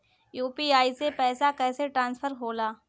UPI से पैसा कैसे ट्रांसफर होला?